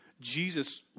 Jesus